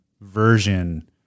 version